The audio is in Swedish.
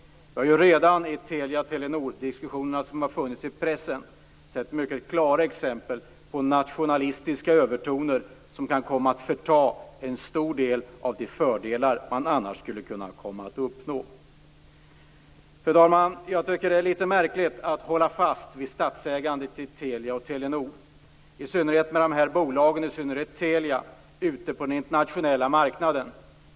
Jag har redan i de Telia-Telenor-diskussioner som har förts i pressen sett mycket klara exempel på nationalistiska övertoner som kan komma att förta en stor del av de fördelar som man annars skulle komma att uppnå. Fru talman! Jag tycker att det är litet märkligt att man håller fast vid statsägandet när det gäller Telia och Telenor, i synnerhet när dessa bolag - och då särskilt Telia - är ute på den internationella marknaden.